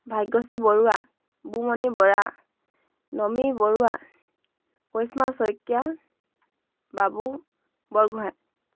Bhagyashree Barua Bumoni Bora Nomi Barua Karishma Saikia Babu Borgohain